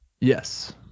Yes